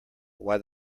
why